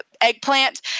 eggplant